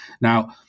Now